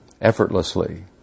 effortlessly